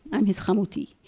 i'm his chamuti.